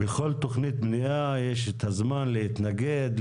לכל תכנית בנייה יש את הזמן להתנגד,